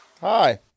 Hi